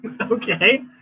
Okay